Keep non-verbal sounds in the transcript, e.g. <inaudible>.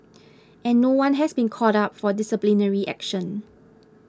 <noise> and no one has been called up for disciplinary action